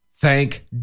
thank